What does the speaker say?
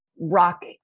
rock